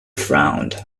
frowned